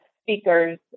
speakers